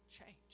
change